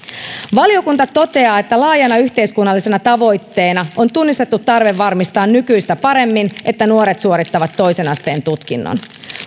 valiokunta toteaa että laajana yhteiskunnallisena tavoitteena on tunnistettu tarve varmistaa nykyistä paremmin että nuoret suorittavat toisen asteen tutkinnon